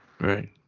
Right